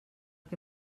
que